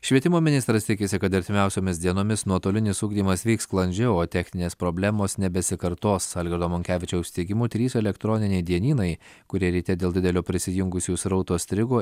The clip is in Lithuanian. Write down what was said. švietimo ministras tikisi kad artimiausiomis dienomis nuotolinis ugdymas vyks sklandžiau o techninės problemos nebesikartos algirdo monkevičiaus teigimu trys elektroniniai dienynai kurie ryte dėl didelio prisijungusiųjų srauto strigo